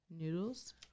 noodles